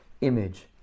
image